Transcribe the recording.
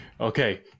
Okay